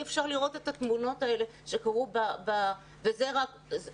אי אפשר לראות את התמונות האלה וזה בגן